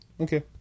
Okay